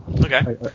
Okay